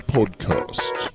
Podcast